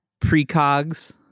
Precogs